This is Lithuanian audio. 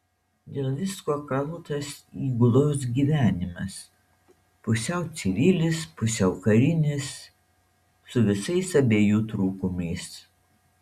dėl visko kaltas įgulos gyvenimas pusiau civilis pusiau karinis su visais abiejų trūkumais